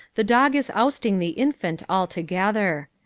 the dog is ousting the infant altogether.